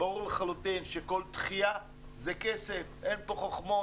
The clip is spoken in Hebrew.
ברור לחלוטין שכל דחייה זה כסף, אין פה חכמות.